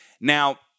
Now